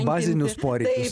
bazinius poreikius